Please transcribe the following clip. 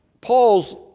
Paul's